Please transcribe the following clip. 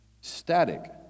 static